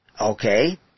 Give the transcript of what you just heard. okay